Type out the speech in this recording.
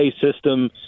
system